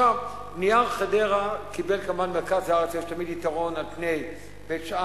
"נייר חדרה" כמובן למרכז הארץ יש תמיד יתרון על פני בית-שאן,